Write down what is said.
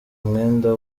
umwenda